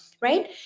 right